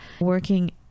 working